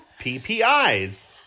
PPIs